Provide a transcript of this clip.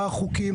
מה החוקים,